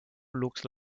looks